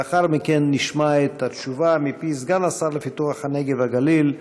לאחר מכן נשמע את התשובה מפי סגן השר לפיתוח הנגב והגליל,